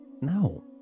no